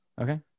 Okay